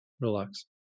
Relax